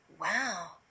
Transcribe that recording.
Wow